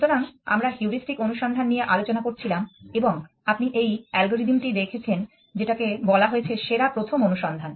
সুতরাং আমরা হিউরিস্টিক অনুসন্ধান নিয়ে আলোচনা করছিলাম এবং আপনি এই অ্যালগরিদম টি দেখেছেন যেটাকে বলা হয়েছে সেরা প্রথম অনুসন্ধান